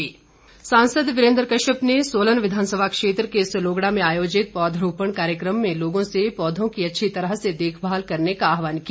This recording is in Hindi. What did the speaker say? वीरेन्द्र कश्यप सांसद वीरेन्द्र कश्यप ने सोलन विधानसभा क्षेत्र के सलोगड़ा में आयोजित पौधरोपण कार्यक्रम में लोगों से पौधों की अच्छी तरह से देखभाल करने का आहवान किया